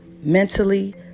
mentally